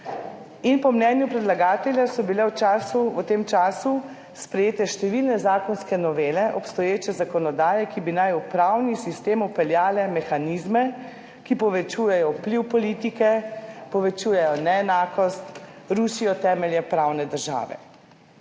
Po mnenju predlagatelja so bile v tem času sprejete številne zakonske novele obstoječe zakonodaje, ki naj bi v pravni sistem vpeljale mehanizme, ki povečujejo vpliv politike, povečujejo neenakost, rušijo temelje pravne države.